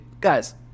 guys